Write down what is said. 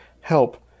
help